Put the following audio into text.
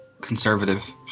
conservative